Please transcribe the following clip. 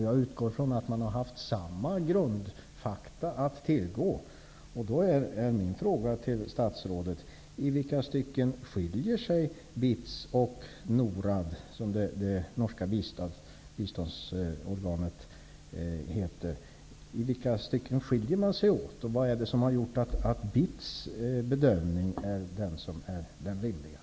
Jag utgår från att man har haft samma grundfakta att tillgå. Då är min fråga till statsrådet: I vilka stycken skiljer sig BITS och NORAD, som det norska biståndsorganet heter, åt? Och vad är det som har gjort att BITS bedömning är den som är den rimliga?